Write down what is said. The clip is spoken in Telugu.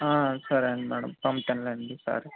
సరే అండి మేడం పంపుతాను లేండి ఈసారి